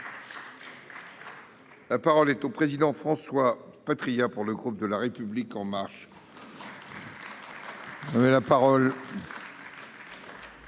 La parole est à M. François Patriat, pour le groupe La République En Marche.